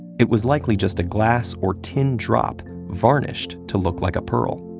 it was likely just a glass or tin drop varnished to look like a pearl.